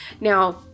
Now